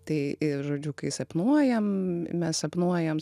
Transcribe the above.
tai i žodžiu kai sapnuojam mes sapnuojam